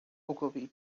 ogilvy